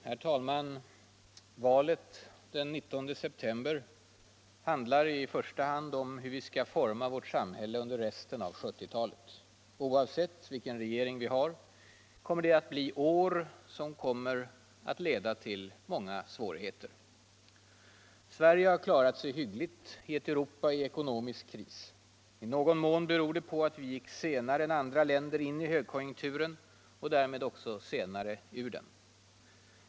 Herr talman! Valet den 19 september handlar i första hand om hur vi skall forma vårt samhälle under resten av 1970-talet. Oavsett vilken regering vi har kommer det att bli år med många svårigheter. Sverige har klarat sig hyggligt i ett Europa i ekonomisk kris. I någon mån beror det på att vi gick senare än andra länder in i högkonjunkturen och därmed också senare ur den.